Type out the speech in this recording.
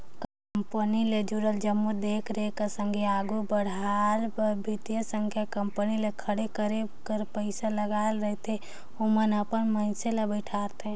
company ले जुड़ल जम्मो देख रेख कर संघे आघु बढ़ाए बर बित्तीय संस्था कंपनी ल खड़े करे पइसा लगाए रहिथे ओमन अपन मइनसे ल बइठारथे